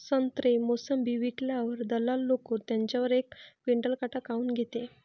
संत्रे, मोसंबी विकल्यावर दलाल लोकं त्याच्यावर एक क्विंटल काट काऊन घेते?